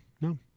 No